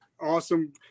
Awesome